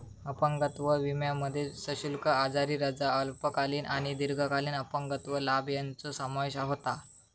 अपंगत्व विमोमध्ये सशुल्क आजारी रजा, अल्पकालीन आणि दीर्घकालीन अपंगत्व लाभ यांचो समावेश होता